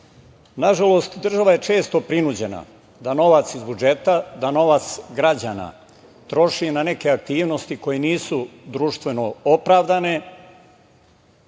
zarade. Nažalost, država je često prinuđena da novac iz budžeta, da novac građana troši na neke aktivnosti koje nisu društveno opravdane,